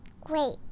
Great